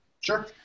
Sure